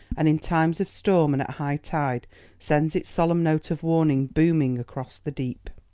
and in times of storm and at high tide sends its solemn note of warning booming across the deep.